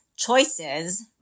choices